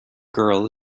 girl